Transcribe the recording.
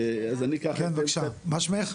כן, בבקשה, מה שמך?